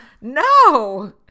no